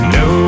no